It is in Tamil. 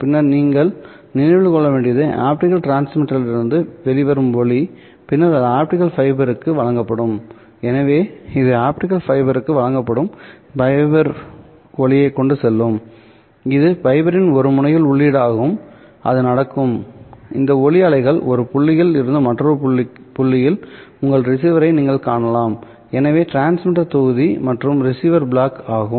பின்னர் நீங்கள் நினைவில் கொள்ள வேண்டியது ஆப்டிகல் டிரான்ஸ்மிட்டரிலிருந்து வெளிவரும் ஒளி பின்னர் இது ஆப்டிகல் ஃபைபருக்கு வழங்கப்படும் எனவே இது ஆப்டிகல் ஃபைபருக்கு வழங்கப்படும் ஃபைபர் ஒளியைக் கொண்டு செல்லும் இது ஃபைபரின் ஒரு முனையில் உள்ளீடாகும் அது நடக்கும்இந்த ஒளி அலைகளை ஒரு புள்ளியில் இருந்து மற்றொரு புள்ளியில் உங்கள் ரிசீவரை நீங்கள் காணலாம் எனவே இது டிரான்ஸ்மிட்டர் தொகுதி மற்றும் இது ரிசீவர் பிளாக் ஆகும்